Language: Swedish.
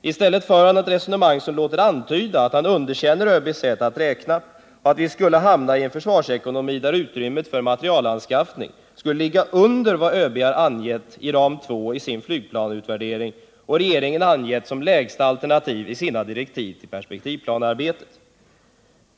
I stället för han ett resonemang som låter antyda att han underkänner ÖB:s sätt att räkna och att vi skulle hamna i en försvarsekonomi där utrymmet för materielanskaffning skulle ligga under vad ÖB har angett i ram 2 i sin flygplansutvärdering och regeringen har angett som lägsta alternativ i sina direktiv till perspektivplanearbetet.